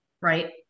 right